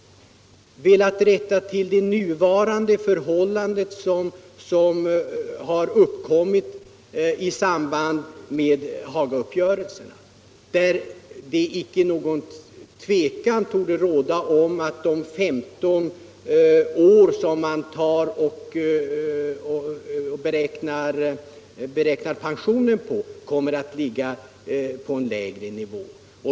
Det råder näm 17 mars 1976 ligen inte något tvivel om att löntagarnas bruttolön som pensionen skall beräknas på kommer att ligga på en lägre nivå.